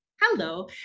Hello